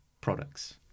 products